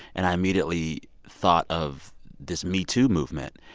and i immediately thought of this me too movement.